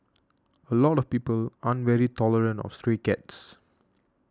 a lot of people aren't very tolerant of stray cats